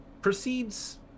proceeds